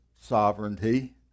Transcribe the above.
sovereignty